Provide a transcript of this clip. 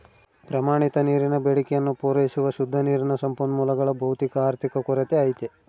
ಪ್ರಮಾಣಿತ ನೀರಿನ ಬೇಡಿಕೆಯನ್ನು ಪೂರೈಸುವ ಶುದ್ಧ ನೀರಿನ ಸಂಪನ್ಮೂಲಗಳ ಭೌತಿಕ ಆರ್ಥಿಕ ಕೊರತೆ ಐತೆ